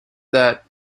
that